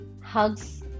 hugs